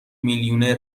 میلیونر